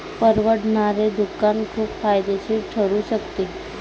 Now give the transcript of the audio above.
परवडणारे दुकान खूप फायदेशीर ठरू शकते